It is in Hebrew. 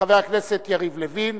חבר הכנסת יריב לוין,